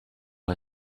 her